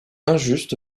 injuste